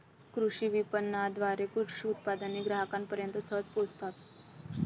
कृषी विपणनाद्वारे कृषी उत्पादने ग्राहकांपर्यंत सहज पोहोचतात